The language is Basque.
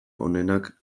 honenak